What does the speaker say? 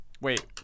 wait